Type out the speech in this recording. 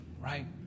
right